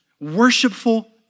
worshipful